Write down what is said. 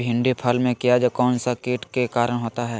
भिंडी फल में किया कौन सा किट के कारण होता है?